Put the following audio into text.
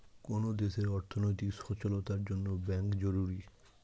কোন দেশের অর্থনৈতিক সচলতার জন্যে ব্যাঙ্ক জরুরি